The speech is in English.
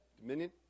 Dominion